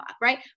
right